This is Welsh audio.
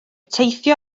teithio